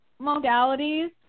modalities